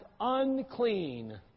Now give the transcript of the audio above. unclean